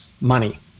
money